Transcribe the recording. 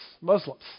Muslims